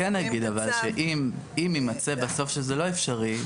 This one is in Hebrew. אבל אני כן אגיד שאם יימצא בסוף שזה לא אפשרי,